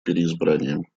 переизбранием